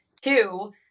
two